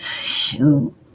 Shoot